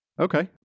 Okay